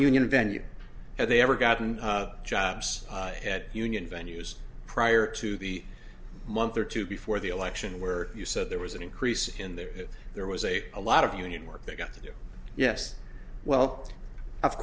union venue that they ever gotten jobs had union venues prior to the month or two before the election where you said there was an increase in that there was a a lot of union work they got there yes well of